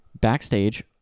Backstage